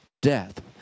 death